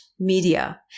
Media